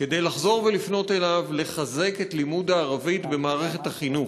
כדי לחזור ולפנות אליו לחזק את לימוד הערבית במערכת החינוך.